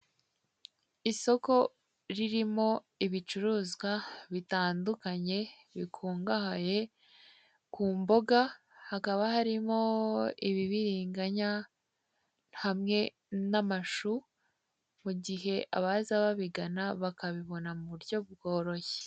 Isoko ririmo ibicuruzwa bitandukanye bikungahaye ku mboga, hakaba harimo ibibiringanya hamwe n'amashu, mu gihe abaza babigana bakabibona mu buryo bworoshye.